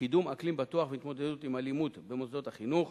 "קידום אקלים בטוח והתמודדות עם אלימות במוסדות החינוך".